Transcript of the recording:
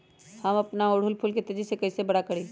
हम अपना ओरहूल फूल के तेजी से कई से बड़ा करी?